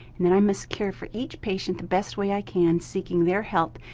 and that i must care for each patient the best way i can seeking their health,